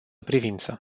privință